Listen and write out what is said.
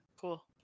cool